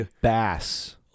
bass